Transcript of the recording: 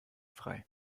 frei